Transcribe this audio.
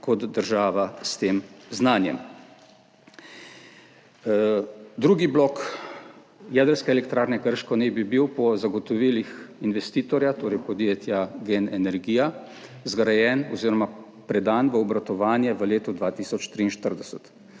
kot država s tem znanjem. Drugi blok Jedrske elektrarne Krško naj bi bil po zagotovilih investitorja, torej podjetja GEN energija, zgrajen oziroma predan v obratovanje v letu 2043.